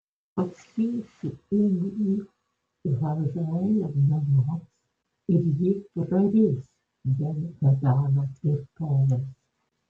pasiųsiu ugnį hazaelio namams ir ji praris ben hadado tvirtoves